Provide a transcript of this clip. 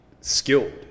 skilled